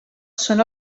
són